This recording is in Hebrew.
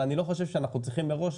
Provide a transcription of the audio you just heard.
אבל אני לא חושב שאנחנו צריכים מראש